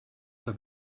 der